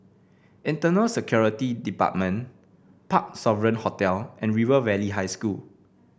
Internal Security Department Parc Sovereign Hotel and River Valley High School